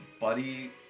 buddy